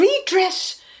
redress